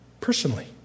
personally